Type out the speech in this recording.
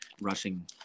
rushing